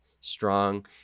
strong